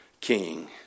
king